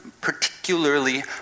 particularly